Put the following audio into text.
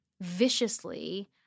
viciously